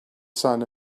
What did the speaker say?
sun